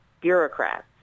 bureaucrats